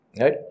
Right